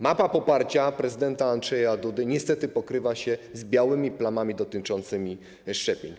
Mapa poparcia prezydenta Andrzeja Dudy niestety pokrywa się z białymi plamami dotyczącymi szczepień.